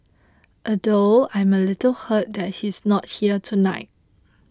although I'm a little hurt that he's not here tonight